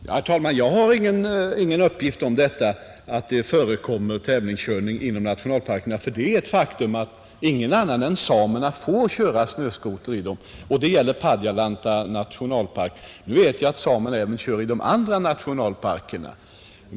Herr talman! Jag har inte fått någon uppgift om att det förekommer tävlingskörningar med snöskoter inom nationalparkerna. Ett faktum är dock att ingen annan än samerna får köra snöskoter i Padjelanta nationalpark. Jag vet emellertid att samerna kör även i de andra nationalparkerna.